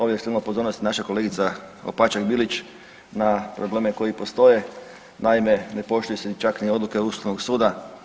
Ovdje je skrenula pozornost i naša kolegica Opačak Bilić na probleme koji postoje, naime ne poštuju se čak ni odluke Ustavnog suda.